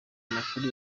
amakuru